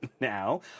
now